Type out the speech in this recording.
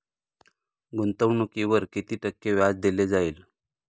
गुंतवणुकीवर किती टक्के व्याज दिले जाईल?